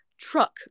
Truck